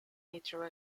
nitro